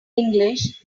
english